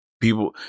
People